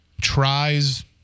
tries